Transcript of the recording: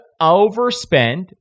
overspend